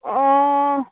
ꯑꯣ